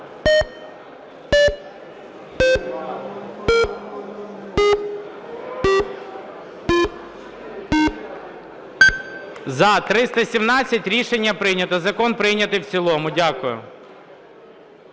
За-287 Рішення прийнято. Закон прийнято в цілому. Веде